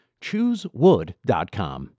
Choosewood.com